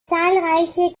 zahlreiche